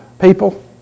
people